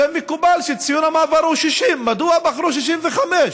שמקובל שציון המעבר הוא 60. מדוע בחרו 65?